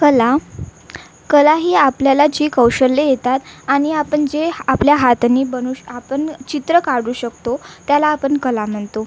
कला कला ही आपल्याला जी कौशल्ये येतात आणि आपण जे आपल्या हातानी बनूश आपण चित्र काढू शकतो त्याला आपण कला म्हणतो